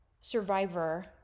survivor